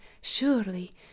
surely